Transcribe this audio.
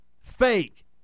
Fake